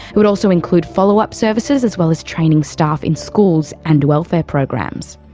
it would also include follow-up services, as well as training staff in schools and welfare programs.